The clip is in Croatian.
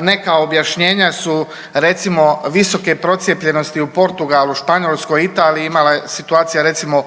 Neka objašnjenja su recimo, visoke procijepljenosti u Portugalu, Španjolskoj, Italiji, imala je situacija recimo,